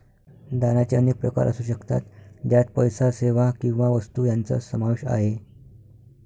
दानाचे अनेक प्रकार असू शकतात, ज्यात पैसा, सेवा किंवा वस्तू यांचा समावेश आहे